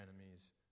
enemies